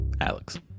alex